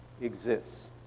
exists